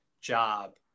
job